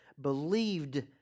believed